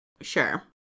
Sure